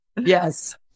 Yes